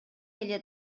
эле